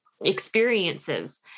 experiences